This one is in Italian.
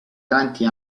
tanti